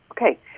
Okay